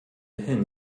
hin